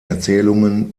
erzählungen